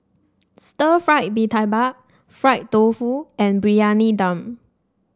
Stir Fried Mee Tai Mak Fried Tofu and Briyani Dum